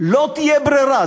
לא תהיה ברירה.